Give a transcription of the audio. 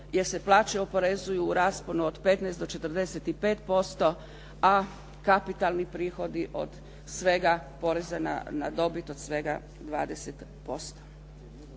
jer se plaće oporezuju u rasponu od 15 do 45% a kapitalni prihodi od svega poreza na dobit od svega 20%.